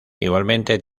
igualmente